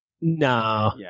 No